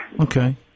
Okay